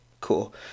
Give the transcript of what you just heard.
Cool